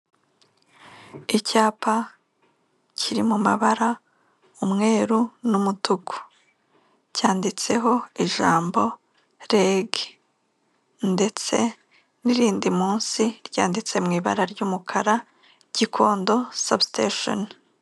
Icyapa kiri mu mabara ,umweru n'umutuku cyanditseho ijambo REG ndetse n'irindi munsi ryanditse mu ibara ry'umukara Gikondo substation.